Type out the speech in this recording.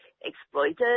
exploited